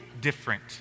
different